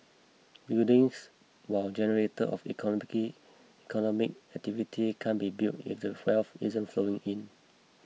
buildings while generator of economic activity can't be built if the wealth isn't flowing in